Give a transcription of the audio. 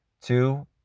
two